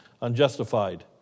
unjustified